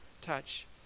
touch